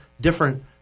different